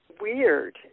weird